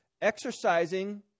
exercising